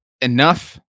Enough